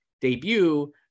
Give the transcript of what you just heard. debut